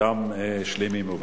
שלמים ובריאים.